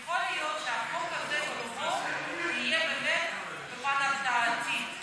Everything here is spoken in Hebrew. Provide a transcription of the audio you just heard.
יכול להיות שהחוק הזה ברובו יהיה באמת בפן הרתעתי,